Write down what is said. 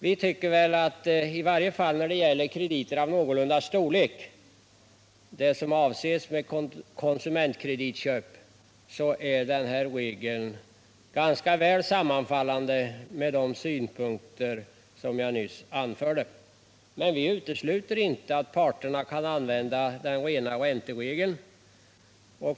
Vi tycker att denna regel, i varje fall när det gäller krediter av någorlunda storlek — det som avses med konsumentkreditköp — sammanfaller ganska väl med de synpunkter som jag nyss anförde. Men vi utesluter inte att parterna kan använda den rena ränteregeln.